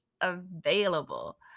available